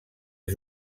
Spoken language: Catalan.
els